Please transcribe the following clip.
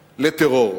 לטרור.